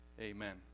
Amen